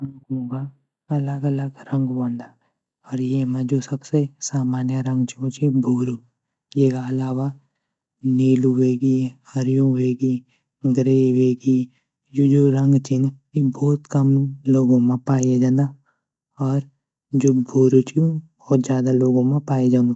आँखूँ ग अलग अलग रंग वंदा और येमा जू सबसे सामानीय रंग ची ऊ ची भूरु येगा अलावा नीलू वेगी, हरयूँ वेगी, ग्रे वेगी, जू यू रंग छीन ऊ भोत कम लोगू म पाये जांदा और जू भूरु ची ऊ भोत ज़्यादा लोगूँ म पाये जांदू।